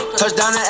Touchdown